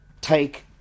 take